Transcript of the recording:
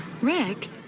Rick